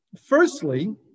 Firstly